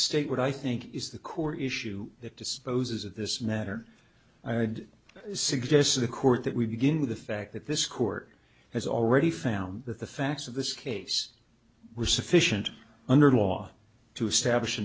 state what i think is the core issue that disposes of this matter i would suggest to the court that we begin with the fact that this court has already found that the facts of this case were sufficient under law to establish